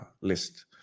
list